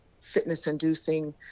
fitness-inducing